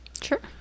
sure